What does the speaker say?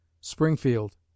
Springfield